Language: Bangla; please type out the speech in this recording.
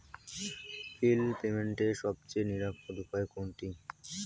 বিল পেমেন্টের সবচেয়ে নিরাপদ উপায় কোনটি?